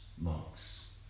monks